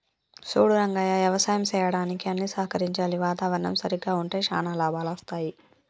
సూడు రంగయ్య యవసాయం సెయ్యడానికి అన్ని సహకరించాలి వాతావరణం సరిగ్గా ఉంటే శానా లాభాలు అస్తాయి